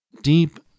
Deep